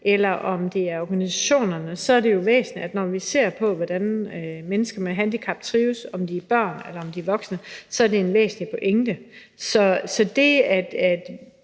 eller om det er organisationerne, er det jo væsentligt, når vi ser på, hvordan mennesker med handicap trives; om det er børn eller om det er voksne, er det en væsentlig pointe. Så det, at